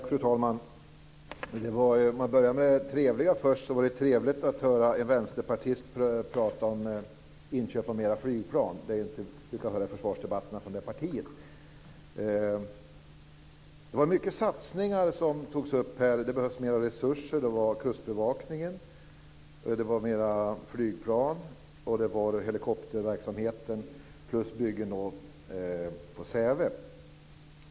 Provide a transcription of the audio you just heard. Fru talman! För att ta det trevliga först var det trevligt att höra en vänsterpartist prata om inköp av flera flygplan. Det är inte vad vi brukar höra i försvarsdebatterna från det partiet. Det var mycket satsningar som togs upp här. Det behövs mer resurser. Det var Kustbevakningen. Det var mer flygplan. Det var helikopterverksamheten plus byggen på Säve.